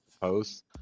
posts